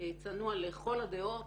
צנוע לכל הדעות